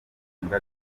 imbwa